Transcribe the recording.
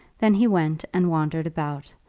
then he went and wandered about,